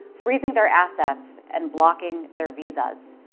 freezing their assets and blocking their visas.